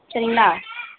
சரிங்ளா